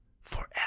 forever